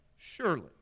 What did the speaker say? surely